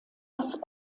das